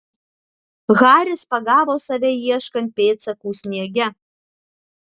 haris pagavo save ieškant pėdsakų sniege